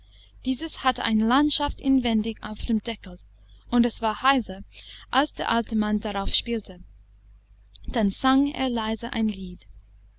dieses hatte eine landschaft inwendig auf dem deckel und es war heiser als der alte mann darauf spielte dann sang er leise ein lied